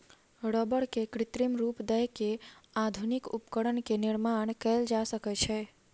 रबड़ के कृत्रिम रूप दय के आधुनिक उपकरण के निर्माण कयल जा सकै छै